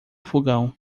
fogão